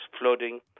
flooding